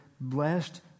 blessed